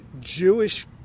Jewish